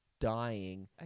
dying